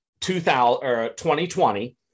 2020